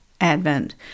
Advent